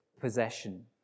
possession